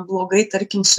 blogai tarkim su